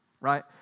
right